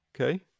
okay